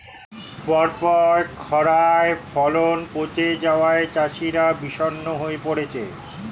পরপর খড়ায় ফলন পচে যাওয়ায় চাষিরা বিষণ্ণ হয়ে পরেছে